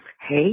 Hey